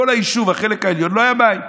בכל היישוב, החלק העליון, לא היו מים.